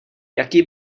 jaký